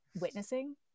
witnessing